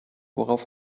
worauf